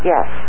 Yes